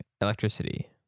Electricity